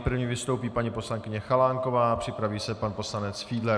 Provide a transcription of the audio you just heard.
První vystoupí paní poslankyně Chalánková, připraví se pan poslanec Fiedler.